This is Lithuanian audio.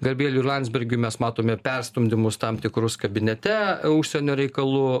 gabrieliui landsbergiui mes matome perstumdymus tam tikrus kabinete užsienio reikalų